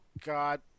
God